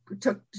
took